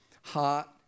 hot